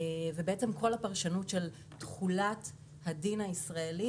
ובעצם כל הפרשנות של תחולת הדין הישראלי,